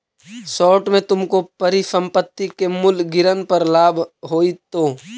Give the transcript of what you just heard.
short में तुमको परिसंपत्ति के मूल्य गिरन पर लाभ होईतो